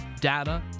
data